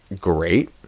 great